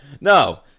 No